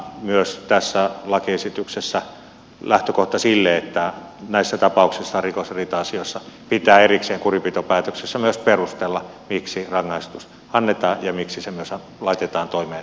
myös tässä lakiesityksessä lähtökohta on se että näissä tapauksissa rikos ja riita asioissa pitää erikseen kurinpitopäätöksessä myös perustella miksi rangaistus annetaan ja miksi se myös laitetaan toimeen välittömästi